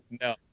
No